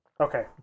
Okay